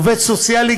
עובד סוציאלי,